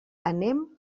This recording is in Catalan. anem